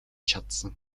чадсан